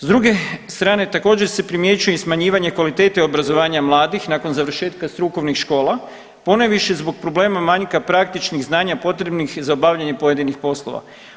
S druge strane također se primjećuje i smanjivanje kvalitete obrazovanja mladih nakon završetka strukovnih škola, ponajviše zbog problema manjka praktičnih znanja potrebnih za obavljanje pojedinih poslova.